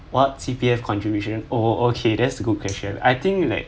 what C_P_F contribution oh oh okay that's a good question I think like